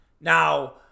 Now